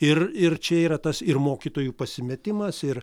ir ir čia yra tas ir mokytojų pasimetimas ir